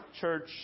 church